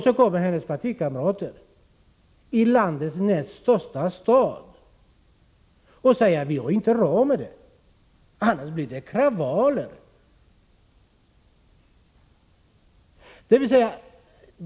Så kommer hennes partikamrater i landets näst största stad och säger: Vi har inte råd med detta. Det blir kravaller!